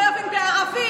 לא אבין בערבית,